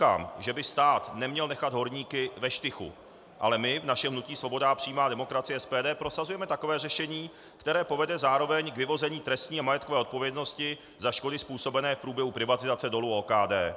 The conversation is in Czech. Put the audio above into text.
Znovu říkám, že by stát neměl nechat horníky ve štychu, ale my v našem hnutí Svoboda a přímá demokracie, SPD, prosazujeme takové řešení, které povede zároveň k vyvození trestní a majetkové odpovědnosti za škody způsobené v průběhu privatizace dolů OKD.